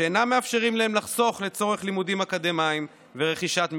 שאינם מאפשרים להם לחסוך לצורך לימודים אקדמיים ורכישת מקצוע.